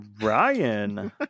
Ryan